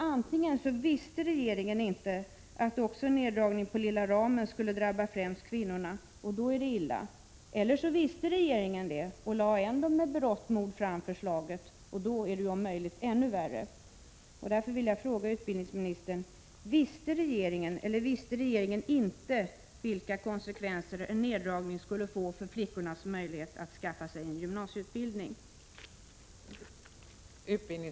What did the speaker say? Antingen visste inte regeringen att även en neddragning av lilla ramen skulle drabba främst kvinnorna, och då är det illa, eller också visste regeringen det och lade ändå med berått mod fram förslaget, och då är det om möjligt ännu värre. Därför vill jag fråga utbildningsministern: Visste regeringen eller visste regeringen inte vilka konsekvenser en neddragning skulle få för flickornas möjlighet att skaffa sig en gymnasieutbildning?